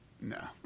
No